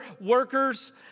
workers